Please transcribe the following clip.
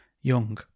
young